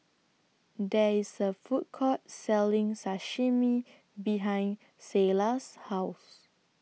There IS A Food Court Selling Sashimi behind Selah's House